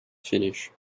finish